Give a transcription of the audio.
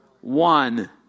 One